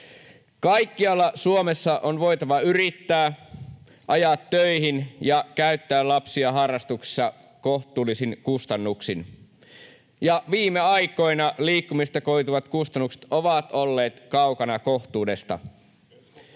Kaikkialla Suomessa on voitava yrittää, ajaa töihin ja käyttää lapsia harrastuksissa kohtuullisin kustannuksin, ja viime aikoina liikkumisesta koituvat kustannukset ovat olleet kaukana kohtuudesta.